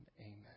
amen